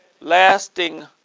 lasting